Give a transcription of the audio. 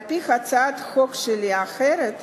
על-פי הצעת חוק אחרת שלי,